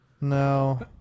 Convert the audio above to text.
No